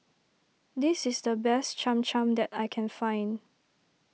this is the best Cham Cham that I can find